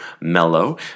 mellow